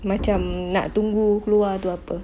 macam nak tunggu keluar tu apa